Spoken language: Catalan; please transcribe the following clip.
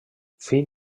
fill